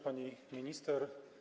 Pani Minister!